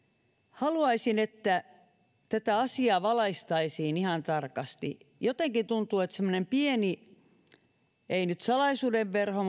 haluaisin että tätä asiaa valaistaisiin ihan tarkasti jotenkin tuntuu että semmoinen pieni ei nyt salaisuuden verho